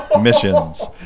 missions